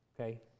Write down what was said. okay